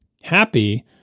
happy